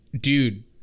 dude